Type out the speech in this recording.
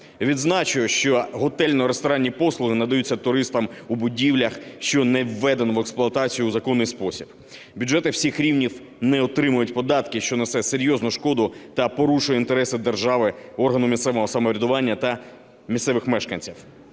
Відзначу, що готельно-ресторанні послуги надаються туристам у будівлях, що не введено в експлуатацію у законний спосіб. Бюджети всіх рівнів не отримують податки, що несе серйозну шкоду та порушує інтереси держави, органу місцевого самоврядування та місцевих мешканців.